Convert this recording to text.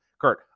Kurt